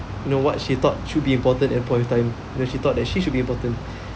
you know what she thought should be important at point in time you know she thought that she should be important